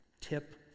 tip